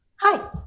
Hi